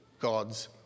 God's